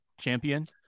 champion